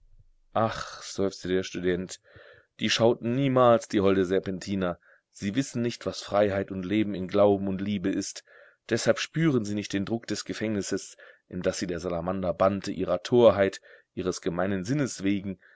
ach seufzte der student die schauten niemals die holde serpentina sie wissen nicht was freiheit und leben in glauben und liebe ist deshalb spüren sie nicht den druck des gefängnisses in das sie der salamander bannte ihrer torheit ihres gemeinen sinnes wegen